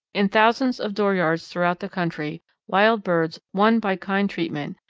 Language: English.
in thousands of dooryards throughout the country wild birds, won by kind treatment,